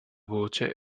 voce